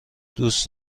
دوست